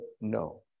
no